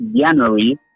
January